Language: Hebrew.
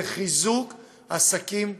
זה חיזוק עסקים בפריפריה,